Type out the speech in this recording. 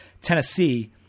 Tennessee